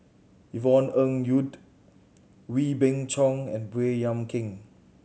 Yvonne Ng Uhde Wee Beng Chong and Baey Yam Keng